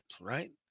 right